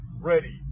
ready